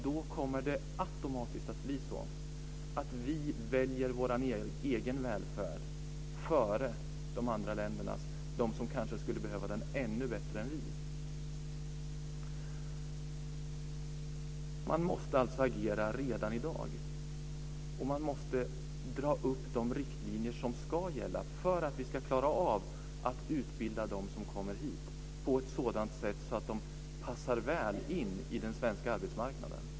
Då kommer det automatiskt att bli så att vi väljer vår egen välfärd framför välfärden i de länder som skulle behöva den ännu bättre än vi. Man måste alltså agera redan i dag, och man måste dra upp de riktlinjer som ska gälla för att vi ska klara av att utbilda dem som kommer hit på ett sådant sätt att de passar väl in på den svenska arbetsmarknaden.